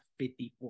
54